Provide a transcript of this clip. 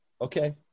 Okay